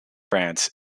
france